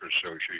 Association